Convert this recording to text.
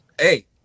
Hey